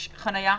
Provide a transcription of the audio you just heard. יש חניה בשפע.